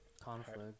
Conflict